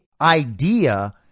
idea